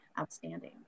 outstanding